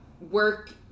work